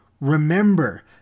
remember